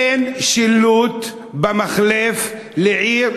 אין במחלף שילוט הכוונה לעיר,